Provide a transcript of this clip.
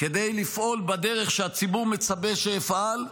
כדי לפעול בדרך שהציבור מצפה שאפעל,